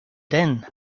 then